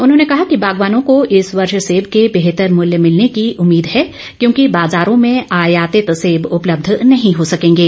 उन्होंने कहा कि बागवानों को इस वर्ष सेब के बेहतर मूल्य मिलने की उम्मीद है क्योंकि बाजारों में आयातित सेब उपलब्ध नहीं हो सकेंगे